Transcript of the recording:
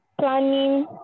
planning